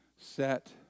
set